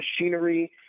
machinery